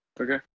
Okay